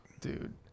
Dude